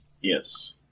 Yes